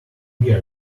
wear